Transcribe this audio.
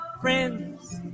friends